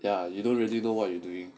ya you don't really know what you doing